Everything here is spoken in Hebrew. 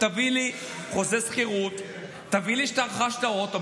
תביא לי חוזה שכירות, תראה לי שרכשת אוטו.